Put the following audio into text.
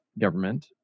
government